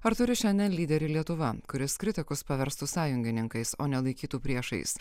ar turi šiandien lyderį lietuva kuris kritikus paverstų sąjungininkais o nelaikytų priešais